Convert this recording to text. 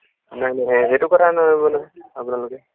নাই নাইে সেইটো কথা নোৱাৰিব নহয় আপোনালোকে